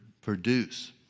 produce